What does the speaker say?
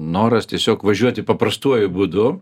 noras tiesiog važiuoti paprastuoju būdu